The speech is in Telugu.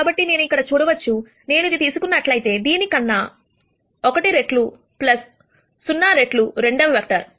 కాబట్టి నేను ఇక్కడ చూడవచ్చునేను ఇది తీసుకున్నట్లయితే దీనికన్నా1 రెట్లు0 రెట్లు రెండవ వెక్టర్